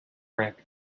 rank